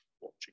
watching